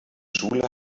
schule